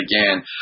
again